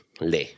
Le